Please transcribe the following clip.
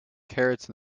carrots